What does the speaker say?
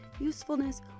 usefulness